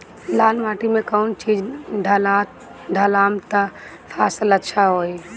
लाल माटी मे कौन चिज ढालाम त फासल अच्छा होई?